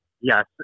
Yes